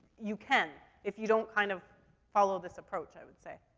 you can if you don't kind of follow this approach, i would say.